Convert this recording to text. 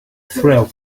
thrill